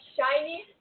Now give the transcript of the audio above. shiny